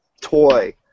toy